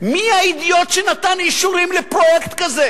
מי האידיוט שנתן אישורים לפרויקט כזה,